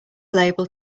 label